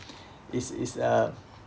it's it's uh